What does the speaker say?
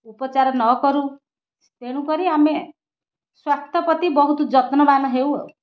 ଉପଚାର ନକରୁ ତେଣୁକରି ଆମେ ସ୍ୱାସ୍ଥ୍ୟପ୍ରତି ବହୁତ ଯତ୍ନବାନ ହେଉ ଆଉ